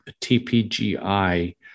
TPGI